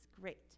great